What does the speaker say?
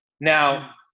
now